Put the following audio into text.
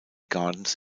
gardens